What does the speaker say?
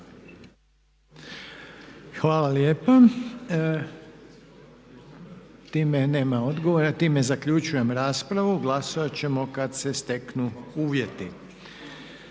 Hvala lijepa. Time zaključujem raspravu. Glasovat ćemo kad se steknu uvjeti.